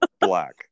black